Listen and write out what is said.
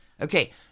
Okay